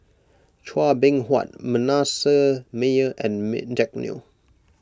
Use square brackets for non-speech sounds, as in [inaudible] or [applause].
Chua Beng Huat Manasseh Meyer and [unintelligible] Jack Neo